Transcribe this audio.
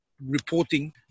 reporting